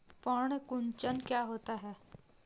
पर्ण कुंचन क्या होता है?